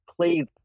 play